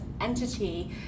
entity